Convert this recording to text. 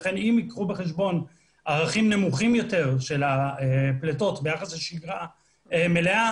לכן אם ייקחו בחשבון ערכים נמוכים יותר של הפליטות ביחס לשגרה מלאה,